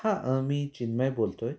हा मी चिन्मय बोलतो आहे